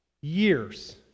years